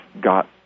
got